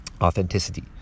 authenticity